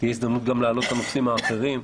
תהיה הזדמנות להעלות גם את הנושאים האחרים.